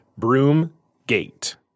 Broomgate